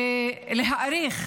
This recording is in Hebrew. להאריך